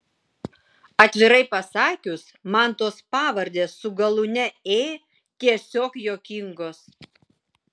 atvirai pasakius man tos pavardės su galūne ė tiesiog juokingos